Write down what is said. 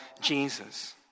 Jesus